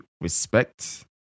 respect